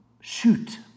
shoot